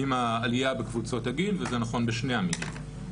עם העלייה בקבוצות הגיל וזה נכון בשני המינים.